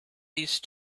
these